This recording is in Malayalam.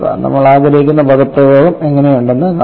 നമ്മൾ ആഗ്രഹിക്കുന്നു പദപ്രയോഗം എങ്ങനെയുണ്ടെന്ന് കാണുക